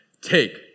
Take